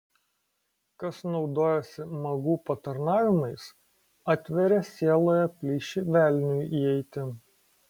kas naudojasi magų patarnavimais atveria sieloje plyšį velniui įeiti